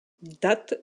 date